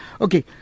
Okay